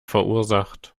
verursacht